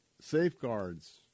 safeguards